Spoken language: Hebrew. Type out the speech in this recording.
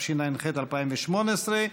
התשע"ח 2018,